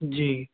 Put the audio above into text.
जी